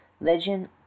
Legend